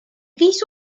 geese